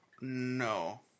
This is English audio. No